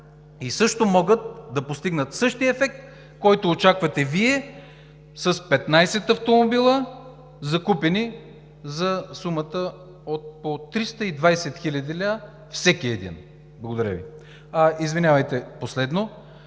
20 км и могат да постигнат същия ефект, който очаквате Вие с 15 автомобила, закупени за сумата от по 320 хил. лв. всеки един. Извинявайте, последно